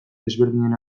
desberdinen